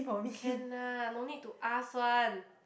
can ah no need to ask one